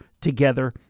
together